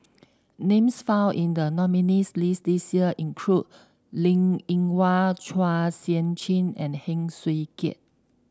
names found in the nominees' list this year include Linn In Hua Chua Sian Chin and Heng Swee Keat